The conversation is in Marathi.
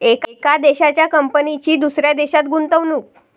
एका देशाच्या कंपनीची दुसऱ्या देशात गुंतवणूक